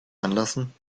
anlassen